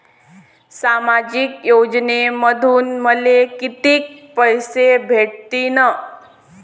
सामाजिक योजनेमंधून मले कितीक पैसे भेटतीनं?